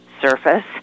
surface